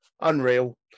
Unreal